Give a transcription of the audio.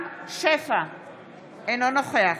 אינו נוכח